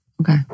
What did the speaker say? Okay